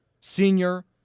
Senior